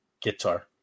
Guitar